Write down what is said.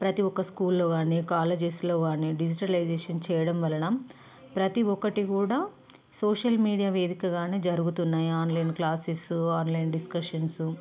ప్రతి ఒక్క స్కూల్లో కాని కాలేజెస్లో కానీ డిజిటలైజేషన్ చెయ్యడం వలన ప్రతి ఒక్కటి కూడా సోషల్ మీడియా వేదికగానే జరుగుతున్నాయి ఆన్లైన్ క్లాసెస్సు ఆన్లైన్ డిస్కషన్సు